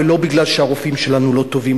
ולא מפני שהרופאים שלנו לא טובים,